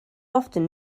often